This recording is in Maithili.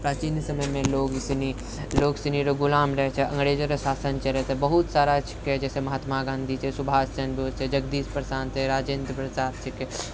प्राचीन समयमे लोक सनि लोक गुलाम रहै छिके अंग्रेजोंके शासन चलै रहै बहुत सारा छिके जइसे महात्मा गाँधी छै सुभाष चन्द्र बोस छै जगदीश प्रसाद छै राजेन्द्र प्रसाद छिके